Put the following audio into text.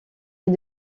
est